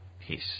Peace